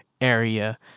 area